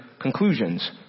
conclusions